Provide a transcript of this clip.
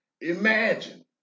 imagine